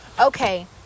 okay